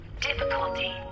difficulty